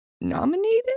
nominated